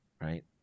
right